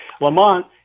Lamont